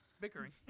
Bickering